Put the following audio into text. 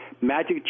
Magic